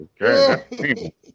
Okay